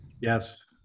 yes